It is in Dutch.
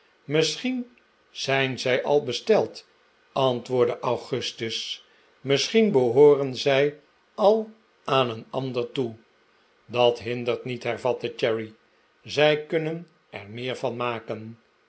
misschien zijn zij al besteld antwoordde augustus misschien behooren zij al aan een ander toe dat hindert niet hervatte cherry zij kunnen er meer van maken